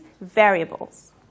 variables